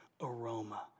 aroma